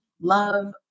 love